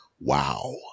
Wow